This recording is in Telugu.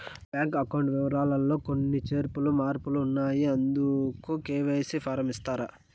నా బ్యాంకు అకౌంట్ వివరాలు లో కొన్ని చేర్పులు మార్పులు ఉన్నాయి, ఇందుకు కె.వై.సి ఫారం ఇస్తారా?